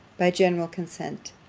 by general consent.